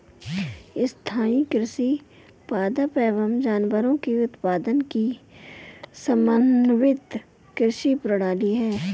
स्थाईं कृषि पादप एवं जानवरों के उत्पादन की समन्वित कृषि प्रणाली है